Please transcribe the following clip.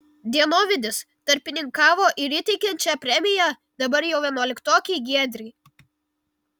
dienovidis tarpininkavo ir įteikiant šią premiją dabar jau vienuoliktokei giedrei